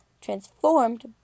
transformed